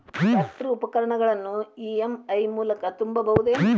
Tractor ಉಪಕರಣಗಳನ್ನು EMI ಮೂಲಕ ತುಂಬಬಹುದ ಏನ್?